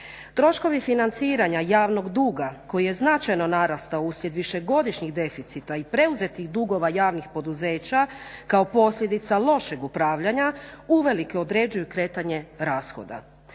Troškovi financiranja javnog duga koji je značajno narastao uslijed višegodišnjih deficita i preuzetih dugova javnih poduzeća kao posljedica lošeg upravljanja uvelike određuje kretanje rashoda.